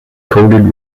coded